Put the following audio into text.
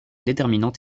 déterminante